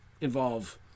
involve